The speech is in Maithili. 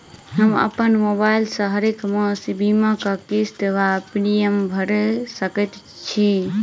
हम अप्पन मोबाइल सँ हरेक मास बीमाक किस्त वा प्रिमियम भैर सकैत छी?